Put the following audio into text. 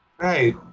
Hey